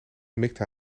mikte